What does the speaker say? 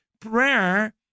prayer